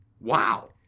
Wow